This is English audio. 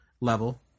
level